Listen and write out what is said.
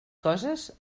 coses